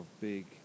big